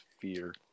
fear